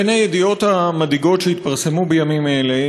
בין הידיעות המדאיגות שהתפרסמו בימים אלה,